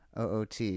OOT